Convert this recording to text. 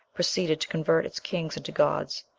proceeded to convert its kings into gods,